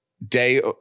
Day